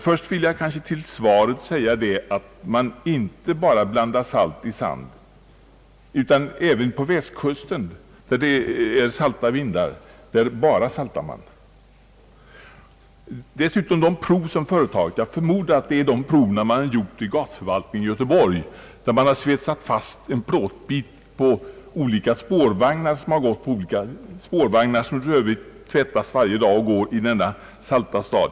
Först vill jag till svaret säga att man inte bara blandar salt i sanden, utan på västkusten där det blåser salta vindar, där bara saltar man. Jag förmodar att de prov som åberopats är de prov som utförts av gatuförvaltningen i Göteborg. Vid dessa prov hade man svetsat fast plåtbitar på olika spårvagnar — vagnar som för övrigt tvättas varje dag och som går i trafik i denna salta stad.